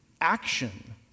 action